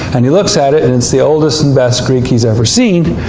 and he looks at it, and it's the oldest and best greek he's ever seen.